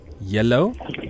Yellow